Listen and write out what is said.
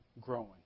growing